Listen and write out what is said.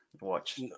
Watch